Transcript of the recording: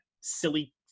silly